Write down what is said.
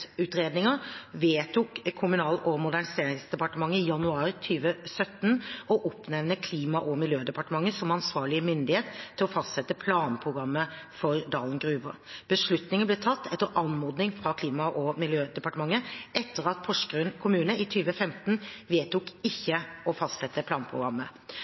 vedtok Kommunal- og moderniseringsdepartementet i januar 2017 å oppnevne Klima- og miljødepartementet som ansvarlig myndighet til å fastsette planprogrammet for Dalen gruver. Beslutningen ble tatt etter anmodning fra Klima- og miljødepartementet, etter at Porsgrunn kommune i 2015 vedtok ikke å fastsette planprogrammet.